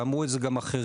ואמרו את זה גם אחרים,